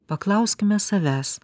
paklauskime savęs